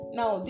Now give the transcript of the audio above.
now